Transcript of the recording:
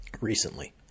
recently